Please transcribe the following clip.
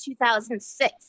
2006